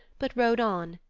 but rode on,